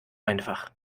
einfach